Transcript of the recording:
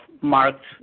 marked